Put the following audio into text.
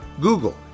Google